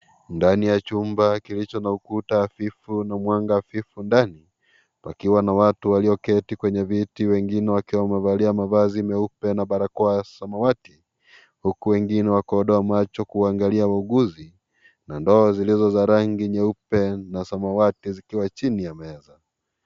Ndani ya chumba kilicho na ukuta hafifu na mwanga hafifu ndani, pakiwa na watu walioketi kwenye viti wengine wakiwa wamevalia mavazi meupe na barakoa ya samawati huku wengine wakodoa macho kuangalia wauguzi na ndoo zilizo za rangi nyeupe na samawati zikiwa chini ya meza.